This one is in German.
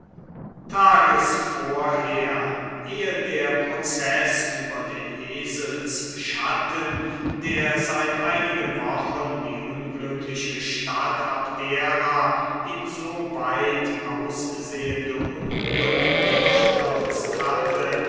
tages vorher eh der proceß über den eselsschatten der seit einigen wochen die unglückliche stadt abdera in so weit aussehende unruhen gestürzt hatte